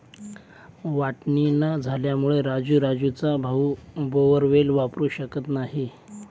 वाटणी न झाल्यामुळे राजू राजूचा भाऊ बोअरवेल वापरू शकत नाही